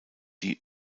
die